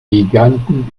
giganten